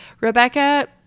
Rebecca